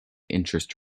interest